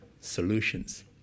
solutions